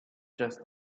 just